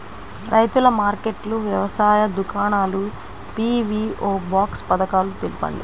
రైతుల మార్కెట్లు, వ్యవసాయ దుకాణాలు, పీ.వీ.ఓ బాక్స్ పథకాలు తెలుపండి?